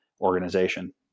organization